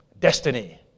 Destiny